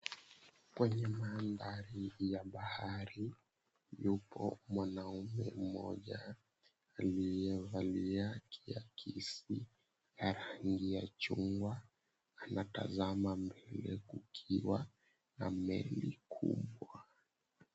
Kwenye manthari hii ya bahari, yupo mwanaume mmoja aliyevalia kiakisi ya rangi ya chungwa, anatazama mbele kukiwa na meli kubwa.